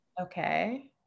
Okay